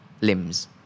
limbs